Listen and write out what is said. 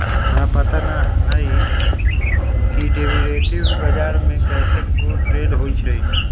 हमरा पता न हए कि डेरिवेटिव बजार में कै गो ट्रेड होई छई